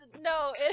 No